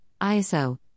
ISO